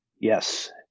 Yes